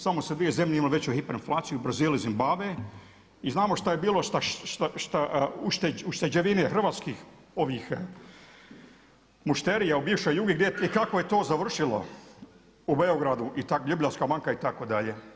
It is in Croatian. Samo su dvije zemlje imale veću hiperinflaciju, Brazil i Zimbabve i znamo šta je bilo ušteđevine hrvatskih mušterija u bivšoj Jugi i kako je to završilo u Beogradu Ljubljanska banka itd.